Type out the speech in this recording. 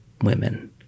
women